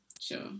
Sure